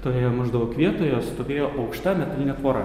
toje maždaug vietoje stovėjo aukšta metalinė tvora